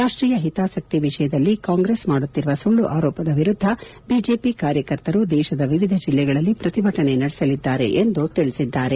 ರಾಷ್ಷೀಯ ಹಿತಾಸಕ್ತಿ ವಿಷಯದಲ್ಲಿ ಕಾಂಗ್ರೆಸ್ ಮಾಡುತ್ತಿರುವ ಸುಳ್ಳು ಆರೋಪದ ವಿರುದ್ದ ಬಿಜೆಪಿ ಕಾರ್ಯಕರ್ತರು ದೇಶದ ವಿವಿಧ ಜಿಲ್ಲೆಗಳಲ್ಲಿ ಪ್ರತಿಭಟನೆ ನಡೆಸಲಿದ್ದಾರೆ ಎಂದು ತಿಳಿಸಿದ್ದಾರೆ